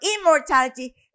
immortality